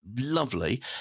lovely